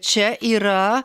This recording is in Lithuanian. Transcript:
čia yra